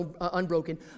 unbroken